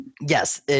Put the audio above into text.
Yes